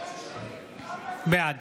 בעד